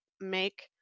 make